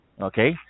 Okay